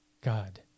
God